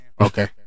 Okay